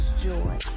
joy